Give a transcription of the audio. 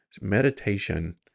Meditation